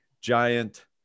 giant